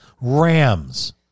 Rams